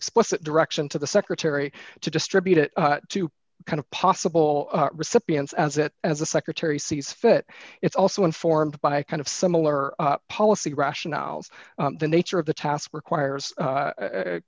explicit direction to the secretary to distribute it to kind of possible recipients as it as the secretary sees fit it's also informed by a kind of similar policy rationales the nature of the task requires